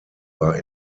war